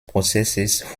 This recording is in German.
prozesses